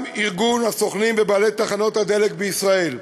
גם ארגון הסוכנים ובעלי תחנות הדלק בישראל,